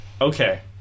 Okay